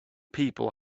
people